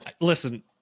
listen